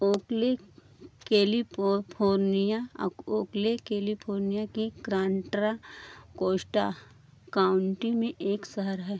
ओकली California Oakley California की Contra Costa County में एक शहर है